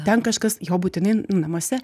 ten kažkas jo būtinai namuose